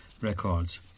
records